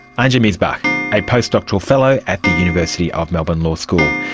antje missbach, a postdoctoral fellow at the university of melbourne law school.